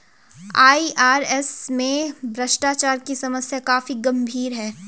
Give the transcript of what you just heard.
IRS में भ्रष्टाचार की समस्या काफी गंभीर है